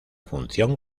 función